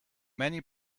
many